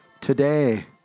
today